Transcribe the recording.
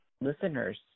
listeners